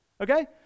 Okay